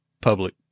public